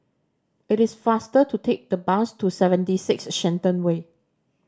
it is faster to take the bus to Seventy Six Shenton Way